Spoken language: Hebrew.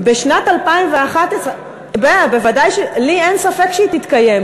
בשנת 2011, בוודאי, לי אין ספק שהיא תתקיים.